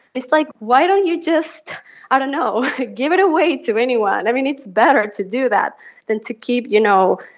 it's like, why don't you just i don't know give it away to anyone? i mean, it's better to do that than to keep, you know,